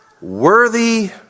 worthy